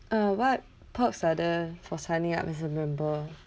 uh what perks are there for signing up as a member